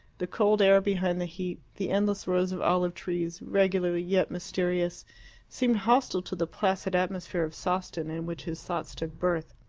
the cold air behind the heat, the endless rows of olive-trees, regular yet mysterious seemed hostile to the placid atmosphere of sawston in which his thoughts took birth.